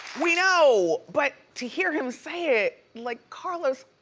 we know. but, to hear him say it, like carlos.